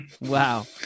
Wow